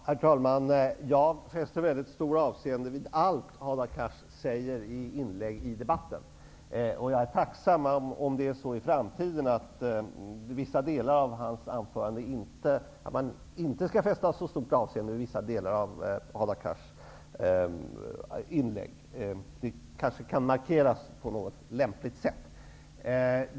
Herr talman! Jag fäster mycket stort avseende vid allt Hadar Cars säger i sina inlägg i debatten. Om det framöver kommer att vara så att man inte skall fästa så stort avseende vid vissa delar av Hadar Cars inlägg, vore jag tacksam om det kunde markeras på något lämpligt sätt.